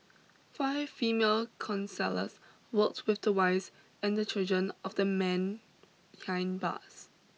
five female counsellors worked with the wives and children of the men behind bars